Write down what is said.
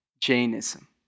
Jainism